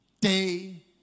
day